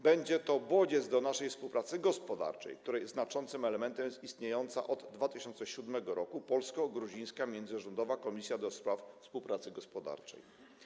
Będzie to bodziec do naszej współpracy gospodarczej, której znaczącym elementem jest istniejąca od 2007 r. Polsko-Gruzińska Międzyrządowa Komisja ds. Współpracy Gospodarczej.